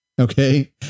Okay